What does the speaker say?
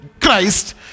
Christ